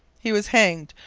he was hanged,